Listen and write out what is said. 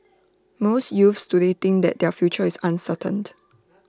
most youths today think that their future is uncertain